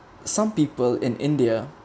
some people in india